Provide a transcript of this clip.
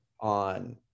on